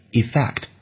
effect